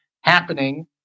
happening